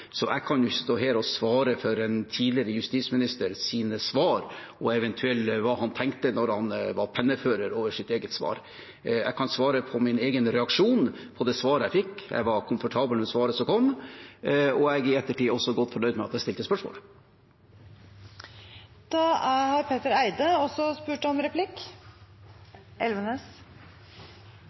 så jeg kan ikke stå her og svare for en tidligere justisministers svar og eventuelt hva han tenkte da han var pennefører for sitt eget svar. Jeg kan svare om min egen reaksjon på det svaret jeg fikk. Jeg var komfortabel med svaret som kom, og jeg er i ettertid også godt fornøyd med at jeg stilte spørsmålet. Vi diskuterer i dag Riksrevisjonens rapport om manglende objektsikring, bl.a. fra Forsvaret. Så presterer representanten Elvenes